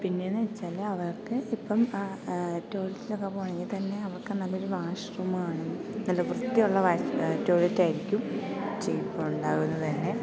പിന്നെയെന്നുവെച്ചാല് അവർക്കിപ്പം ടോയ്ലറ്റിലൊക്കെ പോകണമെങ്കില് തന്നെ അവർക്ക് നല്ലൊരു വാഷ് റൂം വേണം നല്ല വൃത്തിയുള്ള ടോയിലറ്റായിരിക്കും ചിലപ്പോള് ഉണ്ടാകുന്നത് തന്നെ